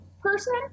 person